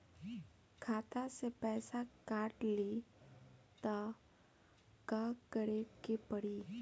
खाता से पैसा काट ली त का करे के पड़ी?